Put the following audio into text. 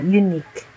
unique